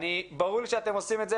ברור לי שאתם עושים את זה,